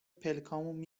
پلکامو